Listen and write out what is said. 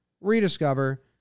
rediscover